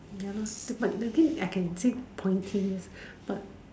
ya lah the but the green I can say pointy ears but